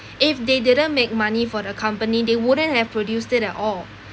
if they didn't make money for the company they wouldn't have produced it at all